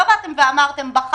לא באתם ואמרתם: בחנו,